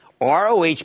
ROH